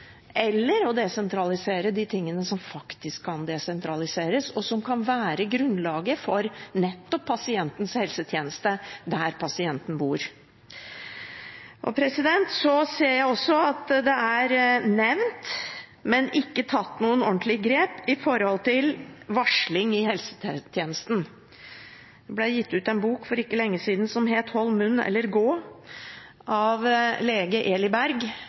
eller å desentralisere de tingene som faktisk kan desentraliseres, og som kan være grunnlaget for nettopp pasientens helsetjeneste der pasienten bor. Jeg ser også at det er nevnt, men ikke tatt noen ordentlige grep, når det gjelder varsling i helsetjenesten. Det ble gitt ut en bok for ikke lenge siden som het «Hold munn eller gå!» av lege